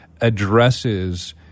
addresses